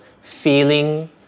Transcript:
feeling